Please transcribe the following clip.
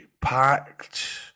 packed